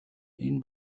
энэ